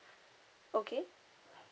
okay